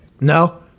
No